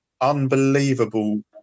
unbelievable